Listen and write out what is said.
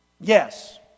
Yes